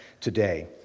today